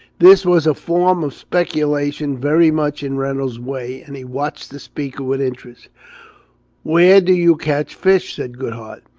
this was a form of speculation very much in reynolds way, and he watched the speaker with interest where do you catch fish? said goodhart.